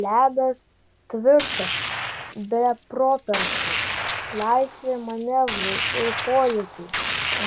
ledas tvirtas be properšų laisvė manevrui ir polėkiui